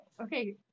okay